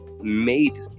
made